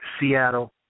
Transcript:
Seattle